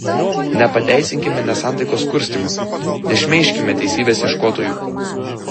nepateisinkime nesantaikos kurstymo nešmeižkime teisybės ieškotojų